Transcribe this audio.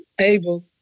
Abel